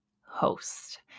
host